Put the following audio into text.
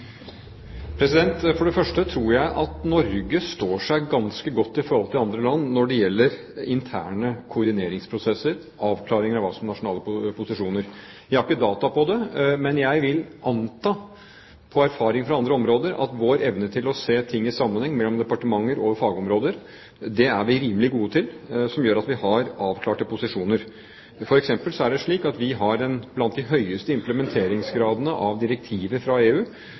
For det første tror jeg at Norge står seg ganske godt i forhold til andre land når det gjelder interne koordineringsprosesser, avklaringer av hva som er nasjonale posisjoner. Jeg har ikke data på det, men jeg vil anta, med erfaring fra andre områder, at vår evne til å se ting i sammenheng mellom departementer og fagområder er rimelig god, og det gjør at vi har avklarte posisjoner. For eksempel er det slik at vi har blant de høyeste implementeringsgradene av direktiver fra EU,